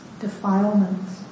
defilements